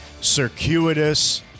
circuitous